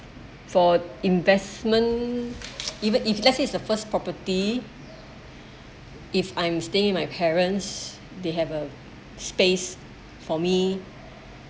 for investment even if let's say it's the first property if I'm staying in my parents they have a space for me